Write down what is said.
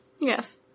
Yes